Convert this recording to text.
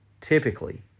typically